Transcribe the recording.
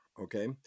okay